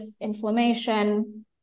inflammation